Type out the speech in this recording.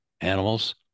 animals